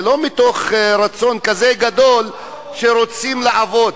זה לא מתוך רצון כזה גדול, שרוצים לעבוד.